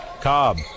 Cobb